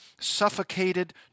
suffocated